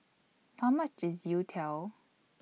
How much IS Youtiao